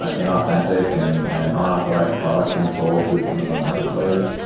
ah inauthentic and and unauthorized product being sold through the amazon marketplace.